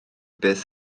beth